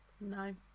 No